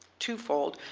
twofold,